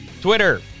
Twitter